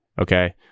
Okay